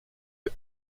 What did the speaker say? eût